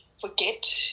forget